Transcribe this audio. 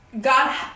God